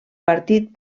partit